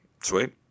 sweet